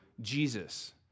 Jesus